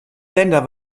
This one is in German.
länder